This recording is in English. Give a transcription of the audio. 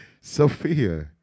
Sophia